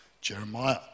Jeremiah